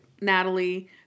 Natalie